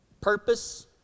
purpose